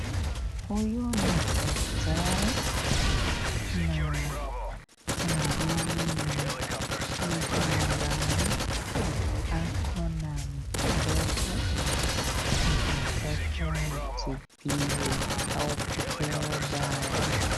Huyu ni daktari na mwingine ni mtu ambaye ako na mtoto anataka atibiwe au kupewa dawa.